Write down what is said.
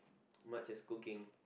much as cooking